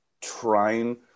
trying